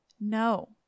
No